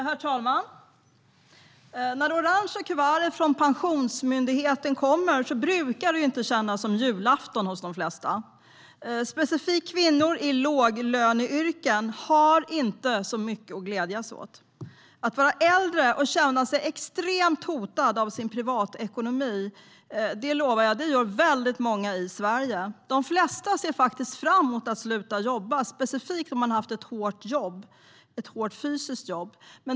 Herr talman! När det orange kuvertet från Pensionsmyndigheten kommer brukar det inte kännas som julafton hos de flesta. Specifikt kvinnor i låglöneyrken har inte så mycket att glädja sig åt. Att vara äldre och känna sig extremt hotad av sin privatekonomi gör väldigt många i Sverige, jag lovar. De flesta ser fram emot att sluta jobba, speciellt om de har haft ett hårt fysiskt jobb.